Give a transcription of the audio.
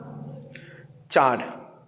চার